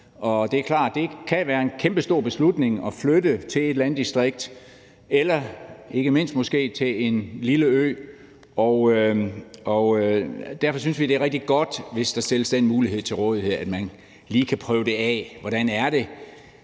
det kan være en kæmpestor beslutning at flytte til et landdistrikt og ikke mindst måske til en lille ø, og derfor synes vi, det er rigtig godt, hvis der stilles den mulighed til rådighed, at man lige kan prøve det af